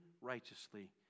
righteously